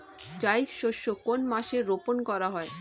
জায়িদ শস্য কোন মাসে রোপণ করা হয়?